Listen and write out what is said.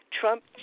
trump